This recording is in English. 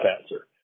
answer